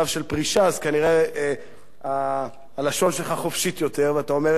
אז כנראה הלשון שלך חופשית יותר ואתה אומר את דעותיך.